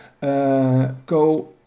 go